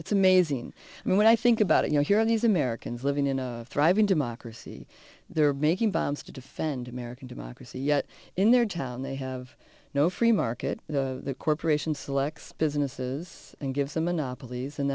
it's amazing i mean when i think about it you know here are these americans living in a thriving democracy they're making bombs to defend american democracy yet in their town they have no free market corporation selects businesses and give them monopolies and